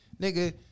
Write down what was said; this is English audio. Nigga